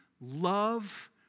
love